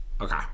Okay